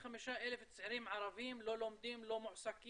25,000 צעירים ערבים לא לומדים, לא מועסקים,